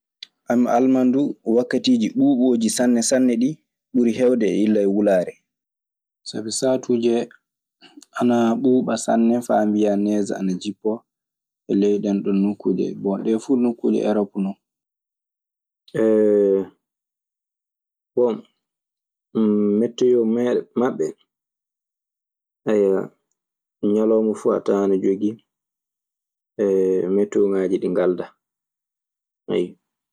Allemaŋe dun wakatiji ɓuboji sanne sanne ɗi ɓurri hewede illa e wulare. Sabi saatuuje, ana ɓuuɓa sanne faa mbiyaa nees ana jippoo. Ko ley ɗeenɗon nokkuuje… Bon ɗee fuu nokkuuje Erop non. Bon, metteyoo maɓɓe ñalawma fu a tawan ana jogii metteyooŋaaji ɗi ngaldaa. Ayyo.